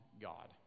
God